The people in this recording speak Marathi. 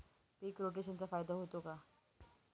पीक रोटेशनचा फायदा होतो का?